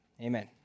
Amen